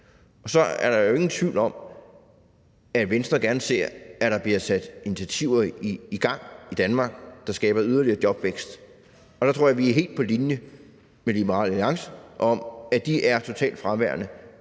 Og så er der jo ingen tvivl om, at Venstre gerne ser, at der bliver sat initiativer i gang i Danmark, der skaber yderligere jobvækst. Der tror jeg vi er helt på linje med Liberal Alliance om, at de er totalt fraværende